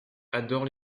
adore